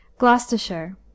Gloucestershire